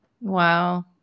Wow